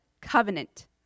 covenant